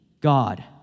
God